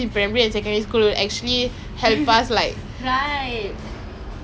ya same same same same that's the reason why I want to work first before I take my degree